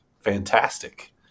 fantastic